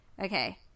Okay